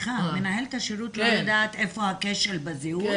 השירות לא יודעת איפה הכשל בזיהוי?